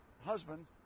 husband